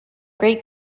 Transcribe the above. great